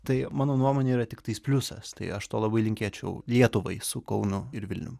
tai mano nuomone yra tiktais pliusas tai aš to labai linkėčiau lietuvai su kaunu ir vilnium